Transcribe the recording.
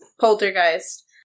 Poltergeist